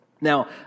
Now